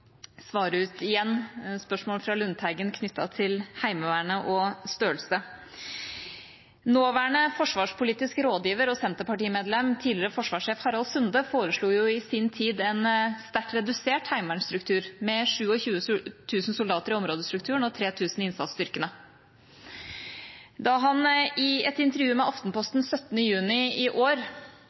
svare ut igjen spørsmål fra Lundteigen om Heimevernet og størrelse. Nåværende forsvarspolitisk rådgiver og Senterparti-medlem, tidligere forsvarssjef Harald Sunde, foreslo i sin tid en sterkt redusert heimevernsstruktur, med 27 000 soldater i områdestrukturen og 3 000 i innsatsstyrkene. Da han i et intervju med Aftenposten 17. juni i år